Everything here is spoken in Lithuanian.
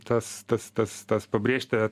tas tas tas tas pabrėžti